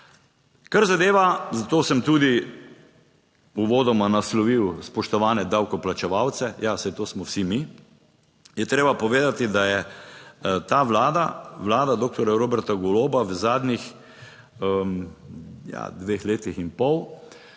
Kar zadeva, zato sem tudi uvodoma naslovil spoštovane davkoplačevalce. Ja, saj to smo vsi, mi. Je treba povedati, da je ta Vlada, Vlada doktorja Roberta Goloba v zadnjih ja, dveh letih in pol